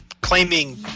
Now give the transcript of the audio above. claiming